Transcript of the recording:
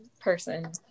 person